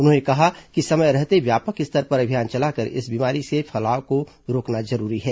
उन्होंने कहा कि समय रहते व्यापक स्तर पर अभियान चलाकर इस बीमारी के फैलाव को रोकना जरूरी है